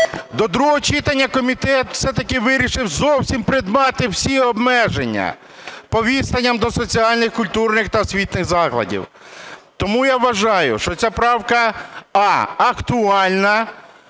До другого читання комітет все-таки вирішив зовсім прибрати всі обмеження по відстаням до соціальних, культурних та освітніх закладів. Тому я вважаю, що ця правка: а) актуальна